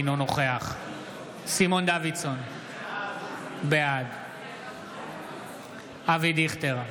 אינו נוכח סימון דוידסון, בעד אבי דיכטר,